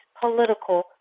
political